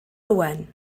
owen